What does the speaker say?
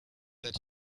that